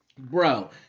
Bro